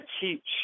teach –